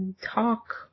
talk